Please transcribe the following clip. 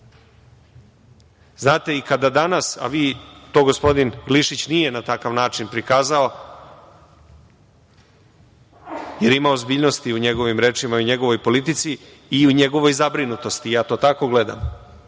godinu opada. Znate, to gospodin Glišić nije na takav način prikazao, jer ima ozbiljnosti u njegovim rečima i u njegovoj politici i o njegovoj zabrinutosti, ja to tako gledam,